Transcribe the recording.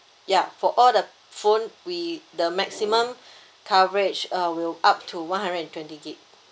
ya for all the phone we the maximum coverage uh will up to one hundred and twenty gig